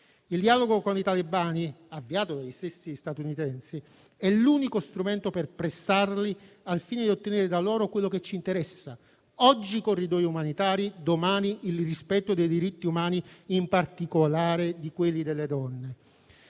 Il dialogo con i talebani, avviato dagli stessi statunitensi, è l'unico strumento per pressarli al fine di ottenere da loro quello che ci interessa: oggi corridoi umanitari, domani il rispetto dei diritti umani, in particolare di quelli delle donne.